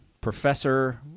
Professor